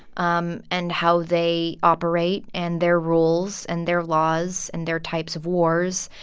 um and how they operate, and their rules, and their laws and their types of wars.